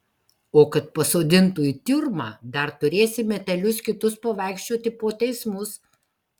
o kad pasodintų į tiurmą dar turėsi metelius kitus pavaikščioti po teismus